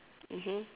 mmhmm